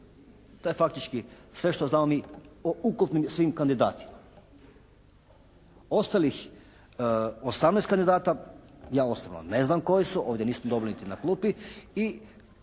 To je faktički sve što znamo mi o ukupnim svim kandidatima. Ostalih 18 kandidata ja osobno ne znam koji su, ovdje nismo dobili niti na klupi.